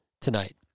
tonight